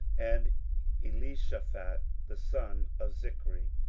and elishaphat the son of zichri,